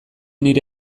nire